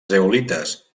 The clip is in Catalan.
zeolites